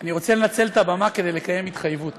אני רוצה לנצל את הבמה כדי לקיים התחייבות,